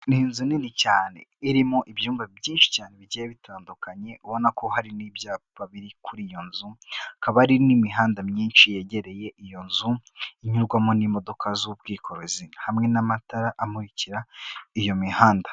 Ni inzu nini cyane irimo ibyumba byinshi cyane bigiye bitandukanye, ubona ko hari n'ibyapa biri kuri iyo nzu, hakaba hari n'imihanda myinshi yegereye iyo nzu inyurwamo n'imodoka z'ubwikorezi hamwe n'amatara amukira iyo mihanda.